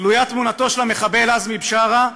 תלויה תמונתו של המחבל עזמי בשארה,